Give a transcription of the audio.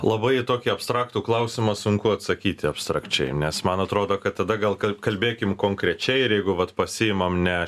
labai į tokį abstraktų klausimą sunku atsakyti abstrakčiai nes man atrodo kad tada gal kalbėkim konkrečiai ir jeigu vat pasiimam ne